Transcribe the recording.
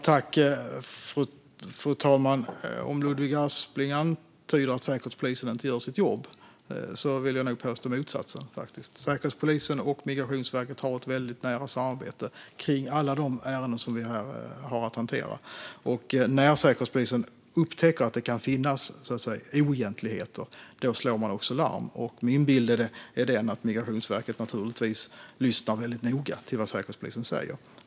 Fru talman! Om Ludvig Aspling antyder att Säkerhetspolisen inte gör sitt jobb vill jag nog påstå motsatsen. Säkerhetspolisen och Migrationsverket har ett väldigt nära samarbete om alla de ärenden som vi här har att hantera. När Säkerhetspolisen upptäcker att det kan finnas oegentligheter slår man också larm. Min bild är den att Migrationsverket lyssnar väldigt noga till vad Säkerhetspolisen säger.